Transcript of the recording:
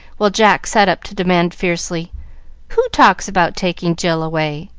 while jack sat up to demand fiercely who talks about taking jill away?